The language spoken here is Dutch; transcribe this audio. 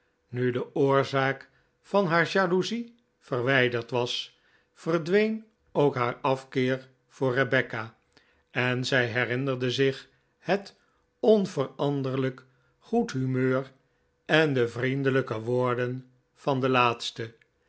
nu de oorzaak van haar jaloezie verwijderd was verdween ook haar afkeer voor rebecca en zij herinnerde zich het onveranderlijk goed humeur en de vriendelijke woorden van de laatste